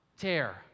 tear